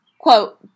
quote